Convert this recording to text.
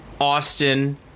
Austin